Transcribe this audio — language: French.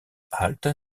halte